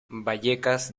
vallecas